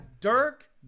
Dirk